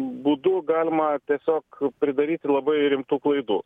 būdu galima tiesiog pridaryti labai rimtų klaidų